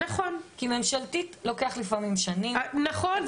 כי לממשלתית לוקח לפעמים שנים --- נכון,